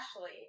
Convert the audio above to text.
Ashley